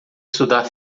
estudar